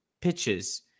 pitches